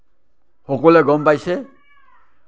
সকলোৱে গম পাইছে